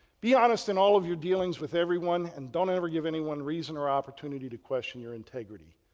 be honest in all of your dealings with everyone and don't every give anyone reason or opportunity to question your integrity,